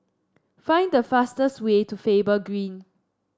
find the fastest way to Faber Green